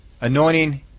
Anointing